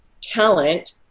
talent